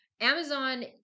Amazon